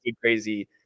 crazy